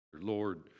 Lord